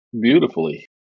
beautifully